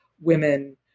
women